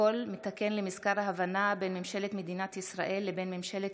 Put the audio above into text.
פרוטוקול מתקן למזכר ההבנה בין ממשלת מדינת ישראל לבין ממשלת